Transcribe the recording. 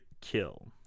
kill